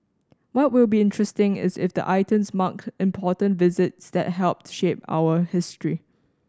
what will be interesting is if the items marked important visits that helped shape our history